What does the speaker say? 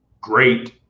great –